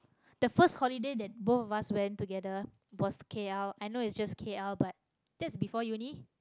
the first holiday that both of us went together was K_L I know it's just K_L but that's before uni